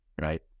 Right